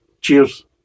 Cheers